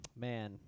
man